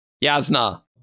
yasna